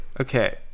okay